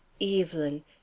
Evelyn